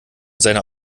seiner